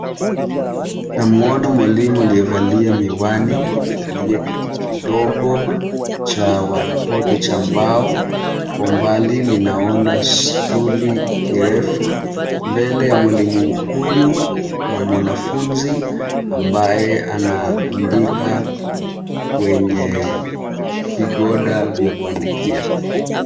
Namuona mwalimu aliyevalia miwani amekalia kiti kidogo cha watoto cha mbao. Kwa umbali ninaona stuli kirefu. Mbele ya mwalimu huyu kuna mwanafunzi ambaye anaandika kwenye vigoda vya kuandikia.